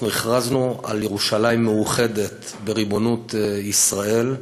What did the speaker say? הכרזנו על ירושלים מאוחדת בריבונות ישראל.